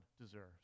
deserves